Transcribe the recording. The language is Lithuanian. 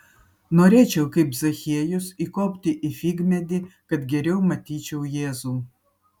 norėčiau kaip zachiejus įkopti į figmedį kad geriau matyčiau jėzų